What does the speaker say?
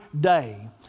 day